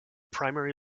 primary